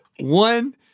One